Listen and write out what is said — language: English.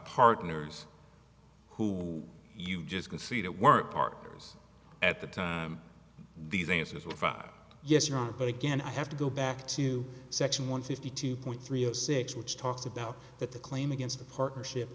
partners who you just can see that weren't partners at the time these answers were five yes you are but again i have to go back to section one fifty two point three zero six which talks about that the claim against a partnership